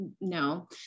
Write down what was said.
no